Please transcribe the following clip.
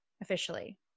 officially